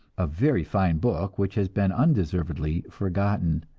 a very fine book which has been undeservedly forgotten.